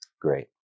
Great